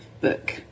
book